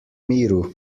miru